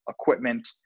equipment